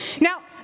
Now